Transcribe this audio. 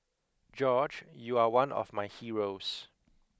George you are one of my heroes